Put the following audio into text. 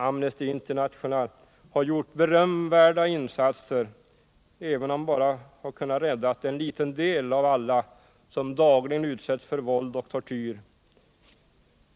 Amnesty International har gjort berömvärda insatser, även om man bara kunnat rädda en liten del av alla som dagligen utsätts för våld och tortyr.